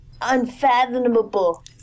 unfathomable